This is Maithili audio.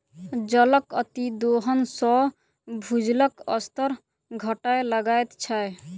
जलक अतिदोहन सॅ भूजलक स्तर घटय लगैत छै